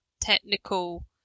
technical